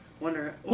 wonder